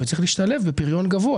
צריך להשתלב בפריון גבוה.